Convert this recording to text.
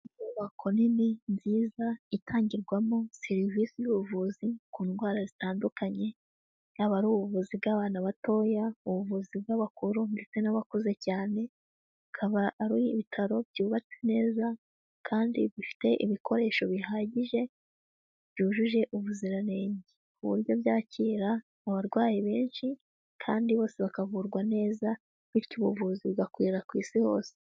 Inyubako nini nziza itangirwamo serivisi z'ubuvuzi ku ndwara zitandukanye, yaba ari ubuvuzi bw'abana batoya, ubuvuzi bw'abakuru, ndetse n'abakuze cyane, akaba ari ibitaro byubatse neza kandi bifite ibikoresho bihagije byujuje ubuziranenge, ku buryo byakira abarwayi benshi kandi bose bakavurwa neza, bityo ubuvuzi bugakwira ku isi hose.